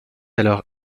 alors